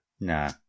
Nah